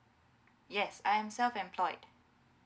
yes I am self employed